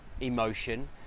emotion